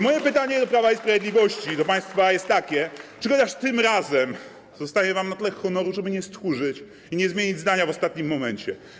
Moje pytanie do Prawa i Sprawiedliwości, do państwa jest takie: Czy chociaż tym razem zostanie wam na tyle honoru, żeby nie stchórzyć i nie zmienić zdania w ostatnim momencie?